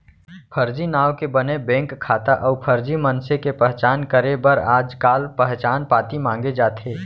फरजी नांव के बने बेंक खाता अउ फरजी मनसे के पहचान करे बर आजकाल पहचान पाती मांगे जाथे